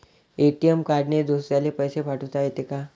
ATM कार्डने दुसऱ्याले पैसे पाठोता येते का?